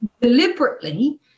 deliberately